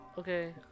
Okay